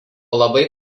labai